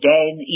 Dan